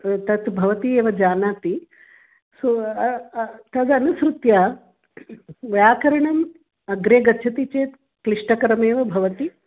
तत् भवती एव जानाति सो तदनुसृत्य व्याकरणे अग्रे गच्छति चेत् क्लिष्टकरमेव भवति